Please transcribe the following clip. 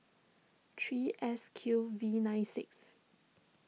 three S Q V nine six